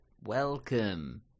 welcome